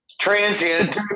Transient